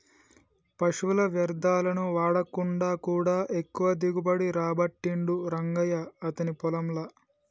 పశువుల వ్యర్ధాలను వాడకుండా కూడా ఎక్కువ దిగుబడి రాబట్టిండు రంగయ్య అతని పొలం ల